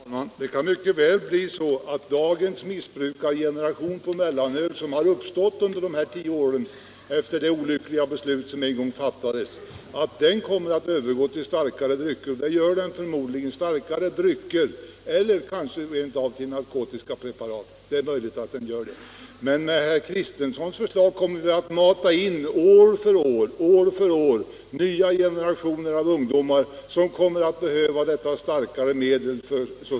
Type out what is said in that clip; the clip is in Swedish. Herr talman! Det kan mycket väl bli så att den generation missbrukare av mellanöl som har uppstått under de här tio åren sedan det olyckliga beslutet om mellanöl en gång fattades kommer att övergå till starkare drycker — det gör den förmodligen — eller rent av till narkotiska preparat. Men med herr Kristensons förslag kommer vi att år efter år mata in nya generationer ungdomar som behöver detta starkare medel.